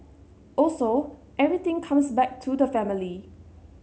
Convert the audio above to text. also everything comes back to the family